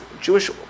Jewish